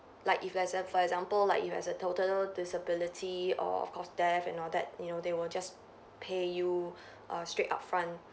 like if let's for example like you has a total disability or of course death and all that you know they will just pay you err straight upfront